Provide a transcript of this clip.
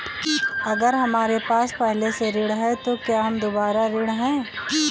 अगर हमारे पास पहले से ऋण है तो क्या हम दोबारा ऋण हैं?